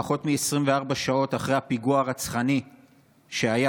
פחות מ-24 שעות אחרי הפיגוע הרצחני בירושלים.